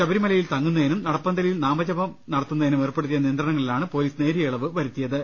ശബരിമല യിൽ തങ്ങുന്നതിനും നടപ്പന്തലിൽ നാമജപം നടത്തുന്നതിനും ഏർപ്പെടുത്തിയ നിയന്ത്രണങ്ങളിലാണ് പൊലീസ് നേരിയ ഇളവുവരുത്തിയത്